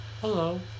hello